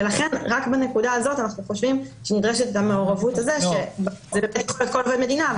ולכן רק בנקודה הזאת אנחנו חושבים שנדרשת גם מעורבות עובד מדינה,